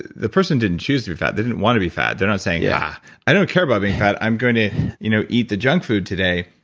the person didn't choose to be fat, they didn't want to be fat. they're not saying, yeah i don't care about being fat, i'm going to you know eat the junk food today.